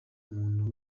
umuntu